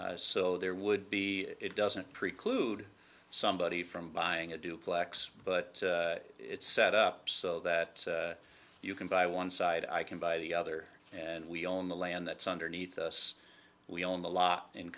lots so there would be it doesn't preclude somebody from buying a duplex but it's set up so that you can buy one side i can buy the other and we own the land that's underneath us we own the lot in